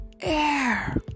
air